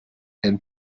and